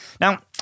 Now